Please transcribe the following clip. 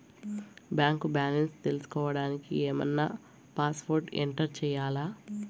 Bank balance తెలుసుకోవడానికి ఏమన్నా password enter చేయాలా?